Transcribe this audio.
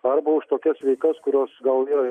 arba už tokias veikas kurios gal yra